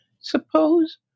Suppose